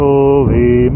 Holy